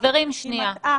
היא מטעה.